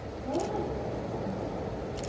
well, my dear, said mrs. wortle.